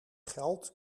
geld